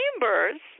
chambers